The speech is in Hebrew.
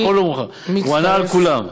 הוא ענה על כולן.